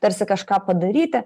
tarsi kažką padaryti